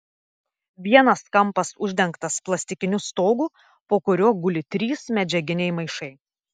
vienas kampas uždengtas plastikiniu stogu po kuriuo guli trys medžiaginiai maišai